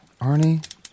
Arnie